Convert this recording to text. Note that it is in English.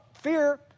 fear